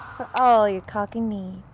for all your caulking needs.